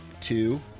two